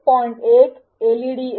१ LED १